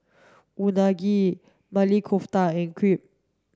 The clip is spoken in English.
Unagi Maili Kofta and Crepe